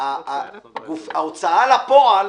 ההוצאה לפועל